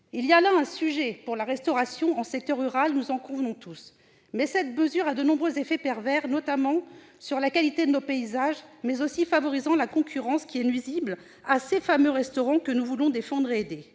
Il y a là un sujet pour la restauration en secteur rural, nous en convenons tous. Mais cette mesure a de nombreux effets pervers, notamment pour la qualité de nos paysages. Elle favorise aussi une concurrence qui est nuisible à ces fameux restaurants que nous voulons défendre et aider.